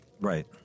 Right